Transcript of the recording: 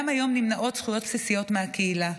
גם היום נמנעות זכויות בסיסיות מהקהילה.